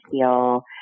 feel